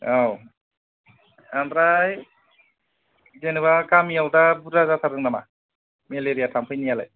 औ ओमफ्राय जेनोबा गामियाव दा बुरजा जाथारदों नामा मेलेरिया थाम्फैनियालाय